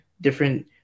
different